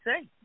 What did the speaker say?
say